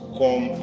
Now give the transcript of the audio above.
come